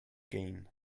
gain